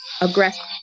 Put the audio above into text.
aggressive